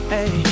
Hey